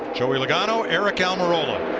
joey logano, eric almirola.